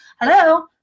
Hello